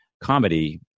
comedy